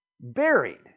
buried